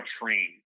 train